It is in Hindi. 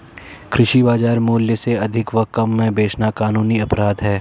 कृषि बाजार मूल्य से अधिक व कम में बेचना कानूनन अपराध है